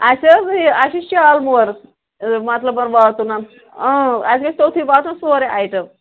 اَسہِ حظ یہِ اَسہِ چھِ شالمٲر مطلب واتُن اَسہِ گَژھِ توٚتُے واتُن سورُے آیٹَم